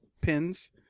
pins